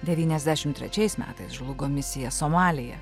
devyniasdešim trečiais metais žlugo misija somalyje